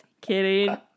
kidding